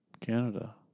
Canada